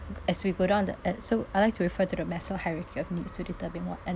as we go down the uh so I'd like to refer to the maslow hierarchy of needs to determine what